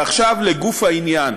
עכשיו לגוף העניין.